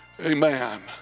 Amen